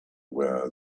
where